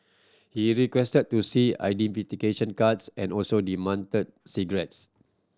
he requested to see identification cards and also demanded cigarettes